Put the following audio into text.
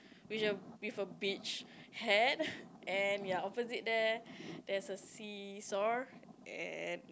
which err with a beach hat and ya opposite there there's a see saw and